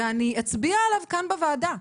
ואני אצביע עליו כאן בוועדה,